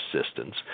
assistance